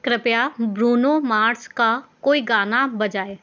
कृपया Bruno Mars का कोई गाना बजाएं